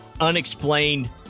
unexplained